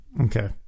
Okay